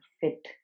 fit